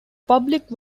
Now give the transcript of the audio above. public